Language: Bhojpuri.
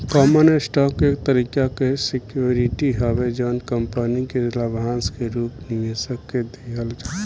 कॉमन स्टॉक एक तरीका के सिक्योरिटी हवे जवन कंपनी के लाभांश के रूप में निवेशक के दिहल जाला